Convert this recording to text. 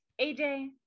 aj